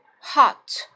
Hot